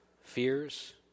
fears